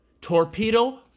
Torpedo